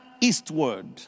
eastward